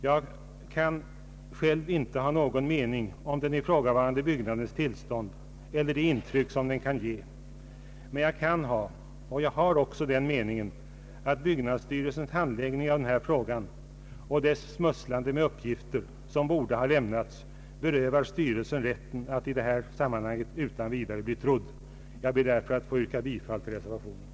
Jag kan själv inte ha någon mening om den ifrågavarande byggnadens tillstånd eller om det intryck den kan ge, men jag kan ha och har också den meningen att byggnadsstyrelsens handläggning av denna fråga och dess smusslande med uppgifter, som borde ha lämnats, berövar styrelsen rätten att i detta sammanhang utan vidare bli trodd. Jag ber därför, herr talman, att få yrka bifall till reservationen.